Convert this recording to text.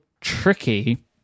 tricky